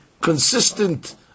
consistent